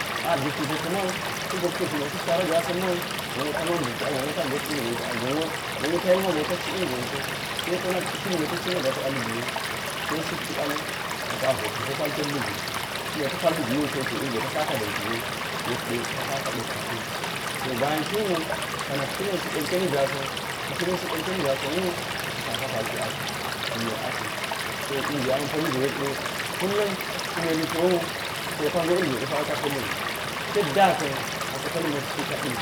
A dictize ka̱ma̱u, ta̱doe ka̱ shiba̱ suk shaura ja̱u sa̱n ma̱u gonwo ta̱ man bukti, a gonwo ta gob ilgonso a gonwo ta̱ yilma̱go ta̱ci ilgonso saiko na̱k shingwe wa̱i ta̱ci a lubiwu. Sai sukti pa̱li, apa̱ hot ta̱ho paltet lubi, kunna ta̱ paltet lubi wucho to ilgwe ta̱ sa̱ka̱ dantgo ta sa̱ka̱ pa̱tti shin. So baya̱n shinwu sa̱na̱k shila̱n suk ilkeni gwasan. Sa shilan suk ilkeni gwaaan klu, asa saka paiti atti asa̱ mul atli. So ilgwe ama̱ pa̱lligo yekabe kullum kune lu tlowu so ka̱go ilgwe ɗepa̱we ka̱ pa̱lliwu tetda kanan asa̱ pa̱l mlirti ka̱di